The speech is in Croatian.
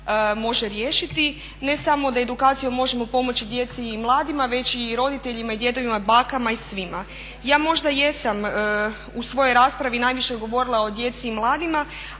može riješiti ne samo da edukacijom možemo pomoći djeci i mladima, već i roditeljima i djedovima i bakama i svima. Ja možda jesam u svojoj raspravi najviše govorila o djeci i mladima